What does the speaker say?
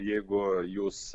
jeigu jūs